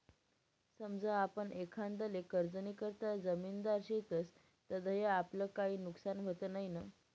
समजा आपण एखांदाले कर्जनीकरता जामिनदार शेतस तधय आपलं काई नुकसान व्हत नैना?